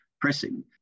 pressing